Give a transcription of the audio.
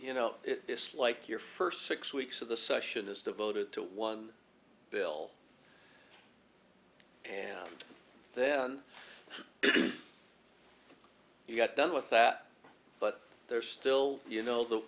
you know it's like your first six weeks of the session is devoted to one bill and then you get done with that but there's still you know the